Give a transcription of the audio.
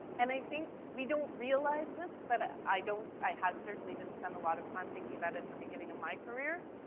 and i think we don't realize this, but ah i don't i had certainly didn't spend a lot of time thinking about it in the beginning of my career.